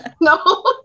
No